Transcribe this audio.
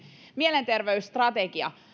mielenterveysstrategia